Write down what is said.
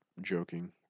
joking